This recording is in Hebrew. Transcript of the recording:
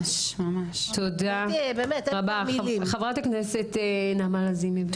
תודה רבה, חברת הכנסת נעמה לזימי, בבקשה.